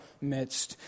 midst